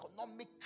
economic